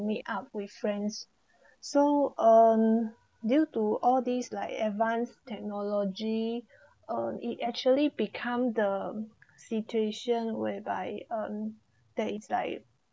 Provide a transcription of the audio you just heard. meet up with friends so um due to all these like advanced technology uh it actually become the situation whereby um there is like